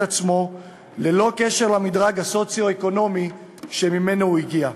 עצמו ללא קשר למקום במדרג הסוציו-אקונומי שממנו הוא הגיע.